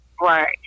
Right